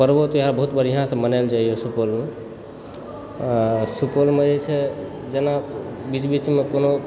पर्वो त्यौहार बहुत बढ़िआँसँ मनायल जाइए सुपौलमे सुपौलमे जे छै जेना बीच बीचमे कोनो